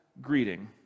greeting